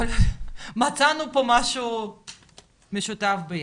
דיברנו ומצאנו פה משהו משותף ביחד.